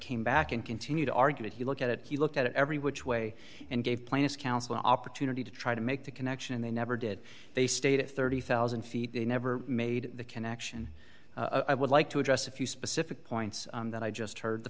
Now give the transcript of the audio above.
came back and continue to argue did he look at it he looked at it every which way and gave plaintiff's counsel an opportunity to try to make the connection and they never did they stayed at thirty thousand feet they never made the connection i would like to address a few specific points that i just heard the